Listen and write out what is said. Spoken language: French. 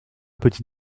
petit